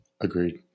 Agreed